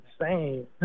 insane